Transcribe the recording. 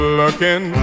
looking